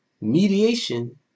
Mediation